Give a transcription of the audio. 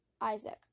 Isaac